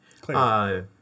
Clearly